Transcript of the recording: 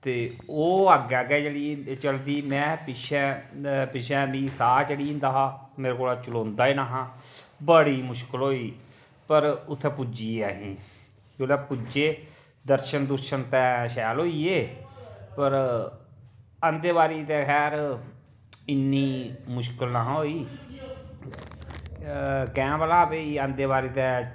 ते ओह् अग्गें अग्गें चली चलदी में पिच्छें पिच्छें मिगी साह् चढ़ी दा हा मेरे कोला चलोंदा ई निं हा बड़ी मुश्कल होई पर उत्थें पुज्जिये अहीं जोल्लै पुज्जे दर्शन दुर्शन ते शैल होइये पर आंदे बारी ते खैर इ'न्नी मुश्कल नहां होई कैंह् भला भाई आंदे बारी ते